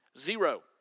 Zero